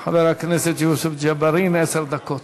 חבר הכנסת יוסף ג'בארין, לרשותך עשר דקות.